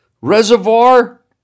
reservoir